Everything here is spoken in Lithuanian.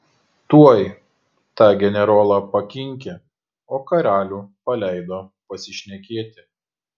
tuoj tą generolą pakinkė o karalių paleido pasišnekėti